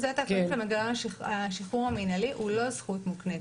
--- מנגנון השחרור המינהלי הוא לא זכות מוקנית.